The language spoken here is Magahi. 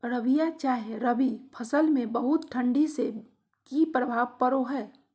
रबिया चाहे रवि फसल में बहुत ठंडी से की प्रभाव पड़ो है?